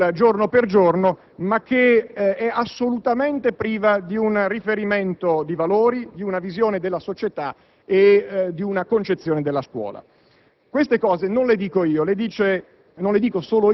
sulla base di stimoli del giorno per giorno, ma che è assolutamente priva di un riferimento, di valori, di una visione della società e di una concezione della scuola.